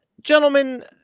gentlemen